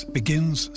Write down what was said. begins